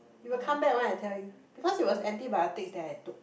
you will come back one I tell you because it was antibiotics that I took